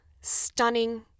stunning